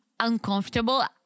uncomfortable